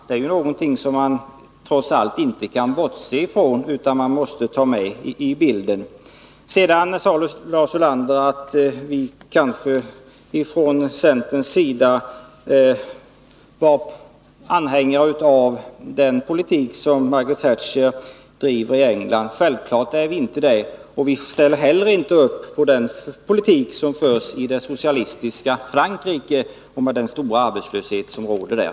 Det kan man trots allt inte bortse från. Sedan sade Lars Ulander att vi från centerns sida skulle vara anhängare av den politik som Margaret Thatcher driver i England. Självklart är vi inte det, och vi ställer heller inte upp på den politik som förs i det socialistiska Frankrike med den stora arbetslöshet som råder där.